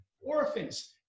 orphans